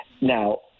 Now